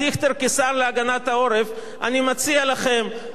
אני מציע לכם: אל תעשו מעצמכם בדיחה.